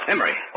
Emory